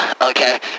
okay